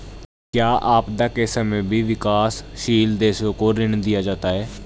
क्या आपदा के समय भी विकासशील देशों को ऋण दिया जाता है?